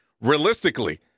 Realistically